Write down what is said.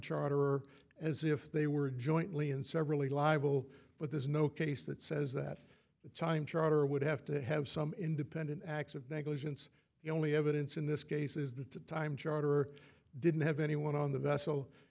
charter as if they were jointly and severally liable but there's no case that says that the time charter would have to have some independent acts of negligence the only evidence in this case is the time charter didn't have anyone on the